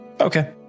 Okay